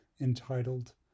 entitled